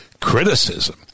criticism